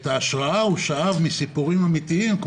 את ההשראה הוא שאב מסיפורים אמיתיים,